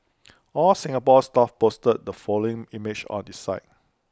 All Singapore Stuff posted the following image on IT site